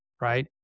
right